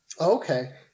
Okay